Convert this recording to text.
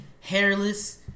hairless